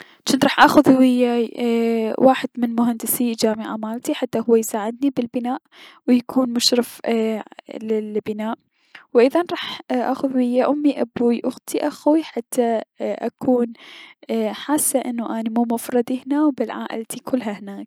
جنت راح اخذ وياي واحد من مهندسي الجامعة مالتي حتى هو يساعدني بلبناء، و يكون مشرف لل البناء، و ايضا راح وياي امي ابوي اختي اخوي حتى اني احس انو مو بمفردي هنا و بين عائلتي هناك.